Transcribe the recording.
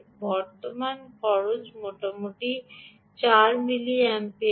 বর্তমান খরচ মোটামুটি 4 মিলিঅ্যাম্পিয়ারের